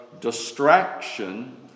distraction